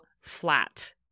flat